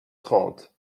trente